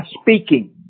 speaking